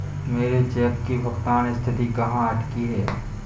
मेरे चेक की भुगतान स्थिति कहाँ अटकी है?